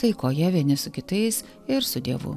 taikoje vieni su kitais ir su dievu